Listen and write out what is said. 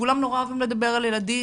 וכולם נורא אוהבים לדבר על ילדים,